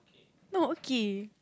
not okay